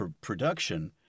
production